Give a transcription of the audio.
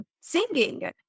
singing